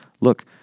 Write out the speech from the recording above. look